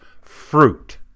fruit